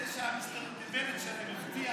זה שבנט הבטיח,